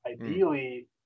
Ideally